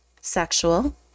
sexual